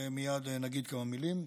ומייד אגיד כמה מילים.